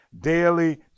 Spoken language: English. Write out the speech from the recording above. daily